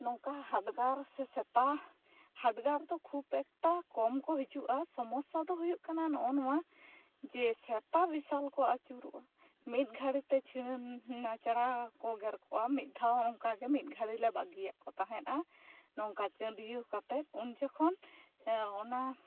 ᱱᱚᱝᱠᱟ ᱦᱟᱰᱜᱟᱨ ᱥᱮ ᱥᱮᱛᱟ ᱦᱟᱰᱜᱟᱨ ᱫᱚ ᱠᱷᱩᱵ ᱮᱠᱴᱟ ᱠᱚᱢ ᱠᱚ ᱦᱤᱡᱩᱜᱼᱟ ᱥᱚᱢᱚᱥᱥᱟ ᱫᱚ ᱦᱩᱭᱩᱜ ᱠᱟᱱᱟ ᱱᱚᱜᱚ ᱱᱚᱣᱟ ᱡᱮ ᱥᱮᱛᱟ ᱵᱤᱥᱟᱞ ᱠᱚ ᱟᱹᱪᱩᱨᱳᱜᱼᱟ ᱢᱤᱫ ᱜᱷᱟᱹᱲᱤᱡ ᱛᱮ ᱪᱷᱤᱲᱟᱹᱱ ᱱᱟᱪᱲᱟ ᱠᱚ ᱜᱮᱨ ᱠᱚᱣᱟ ᱢᱤᱫ ᱫᱷᱟᱣ ᱚᱱᱠᱟ ᱜᱮ ᱢᱤᱫ ᱜᱷᱟᱹᱲᱤ ᱞᱮ ᱵᱟᱹᱜᱤᱭᱟᱜ ᱠᱚ ᱛᱟᱦᱮᱸᱫᱼᱟ ᱱᱚᱝᱠᱟ ᱪᱟᱸᱰᱤᱭᱟᱹᱣ ᱠᱟᱛᱮ ᱩᱱ ᱡᱚᱠᱷᱚᱱ ᱚᱱᱟ